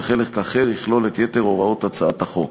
וחלק אחר יכלול את יתר הוראות הצעת החוק.